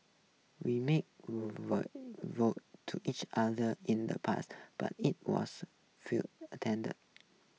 we made vows to each other in the past but it was a futile attempt